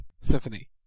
Symphony